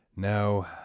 No